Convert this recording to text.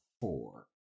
four